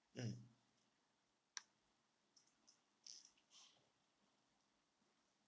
mm